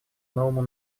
новому